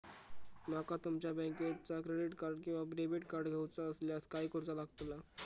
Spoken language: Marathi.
माका तुमच्या बँकेचा क्रेडिट कार्ड किंवा डेबिट कार्ड घेऊचा असल्यास काय करूचा लागताला?